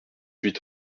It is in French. huit